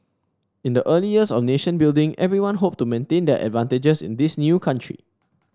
in the early years of nation building everyone hoped to maintain their advantages in this new country